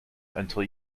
until